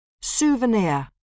souvenir